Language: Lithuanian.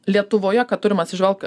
lietuvoje kad turim atsižvelgt